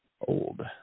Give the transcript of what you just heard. Old